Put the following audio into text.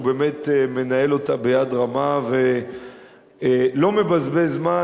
שהוא באמת מנהל אותה ביד רמה ולא מבזבז זמן,